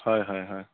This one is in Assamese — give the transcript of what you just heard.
হয় হয় হয়